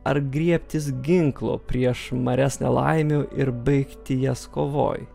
ar griebtis ginklo prieš marias nelaimių ir baigti jas kovoj